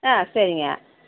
ஆ சரிங்க